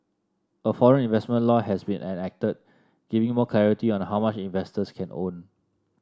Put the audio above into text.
a foreign investment law has been enacted giving more clarity on how much investors can own